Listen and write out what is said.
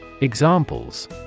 Examples